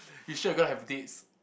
you sure you gonna have dates